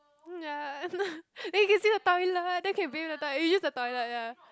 ya then you can see the toilet then can bathe in the toi~ you use the toilet ya